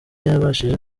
yabashije